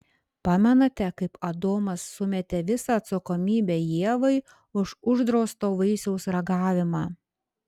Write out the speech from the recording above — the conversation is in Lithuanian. pamenate kaip adomas sumetė visą atsakomybę ievai už uždrausto vaisiaus ragavimą